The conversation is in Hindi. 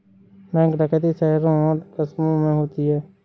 बैंक डकैती शहरों और कस्बों में होती है